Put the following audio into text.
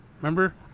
Remember